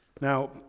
Now